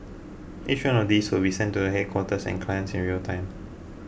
each of these will be sent to the headquarters and clients in real time